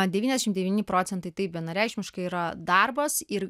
devyniasdešim devyni procentai taip vienareikšmiškai yra darbas ir